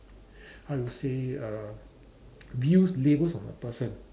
how you say uh abuse labels of a person